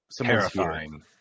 terrifying